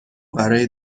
برای